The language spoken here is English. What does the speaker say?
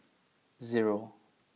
zero